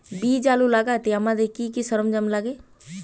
বীজ আলু লাগাতে আমাদের কি কি সরঞ্জাম লাগে?